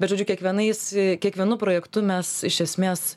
bet žodžiu kiekvienais kiekvienu projektu mes iš esmės